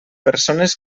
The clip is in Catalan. persones